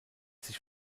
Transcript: sich